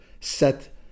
set